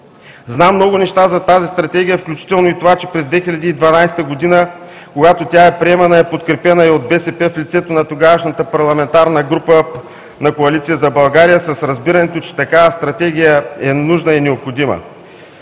Знам много неща за тази Стратегия, включително и това, че през 2012 г., когато тя е приемана е подкрепена и от БСП в лицето на тогавашната парламентарна група на „Коалиция за България“, с разбирането, че такава Стратегия е нужна и необходима.